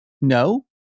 No